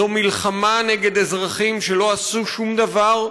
זאת מלחמה נגד אזרחים שלא עשו שום דבר,